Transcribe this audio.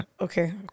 okay